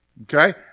Okay